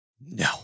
No